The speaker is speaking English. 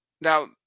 Now